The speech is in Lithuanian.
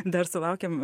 dar sulaukėm